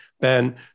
Ben